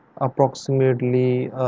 approximately